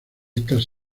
estas